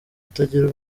utagira